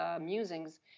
musings